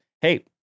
Hey